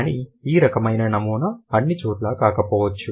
కానీ ఈ రకమైన నమూనా అన్నిచోట్లా కాకపోవచ్చు